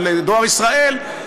של "דואר ישראל",